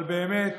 אבל באמת